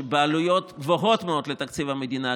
בעלויות גבוהות מאוד לתקציב המדינה,